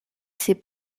ses